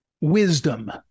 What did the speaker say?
wisdom